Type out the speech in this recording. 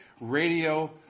radio